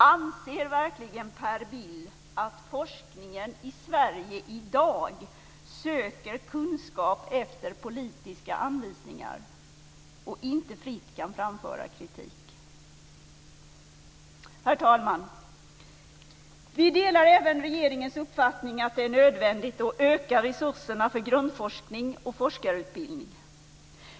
Anser verkligen Per Bill att forskningen i Sverige i dag söker kunskap efter politiska anvisningar och inte fritt kan framföra kritik? Herr talman! Vi delar även regeringens uppfattning att det är nödvändigt att öka resurserna för grundforskning och forskarutbildning.